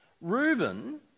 Reuben